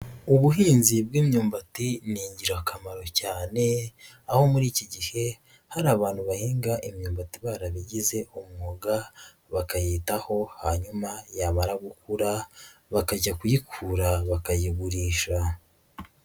Ubuhinzi bw'imyumbati ni ingirakamaro cyane aho muri iki gihe hari abantu bahinga imyumbati barabigize umwuga, bakayitaho hanyuma yamara gukura bakajya kuyikura bakayigurisha.